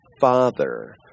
Father